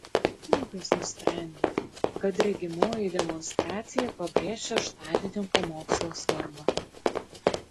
kunigas nusprendė kad regimoji demonstracija pabrėš šeštadienio pamokslo svarbą